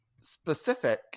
Specific